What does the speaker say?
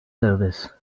service